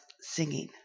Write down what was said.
singing